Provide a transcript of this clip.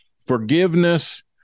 Forgiveness